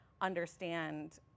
understand